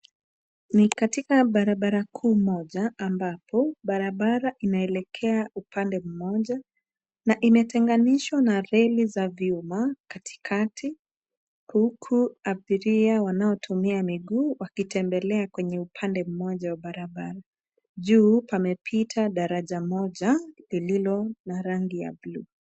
Ni katika barabara kuu moja, ambapo barabara inaelekea upande mmoja, na imetenganishwa na reli za vyuma katikati, huku abiria wanaotumia miguu wakitembelea kwenye upande mmoja wa barabara. Juu pamepita daraja moja lililo na rangi ya buluu.